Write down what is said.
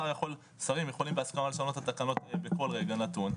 השרים יכולים בהסכמה לשנות את התקנות בכל רגע נתון,